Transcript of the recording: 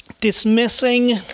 dismissing